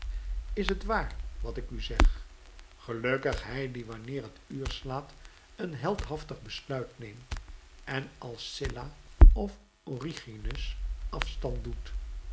is het waar wat ik u zeg gelukkig hij die wanneer het uur slaat een heldhaftig besluit neemt en als sylla of origenus afstand doet